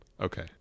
Okay